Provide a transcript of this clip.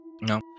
No